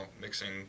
mixing